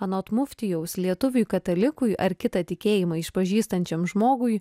anot muftijaus lietuviui katalikui ar kitą tikėjimą išpažįstančiam žmogui